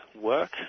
work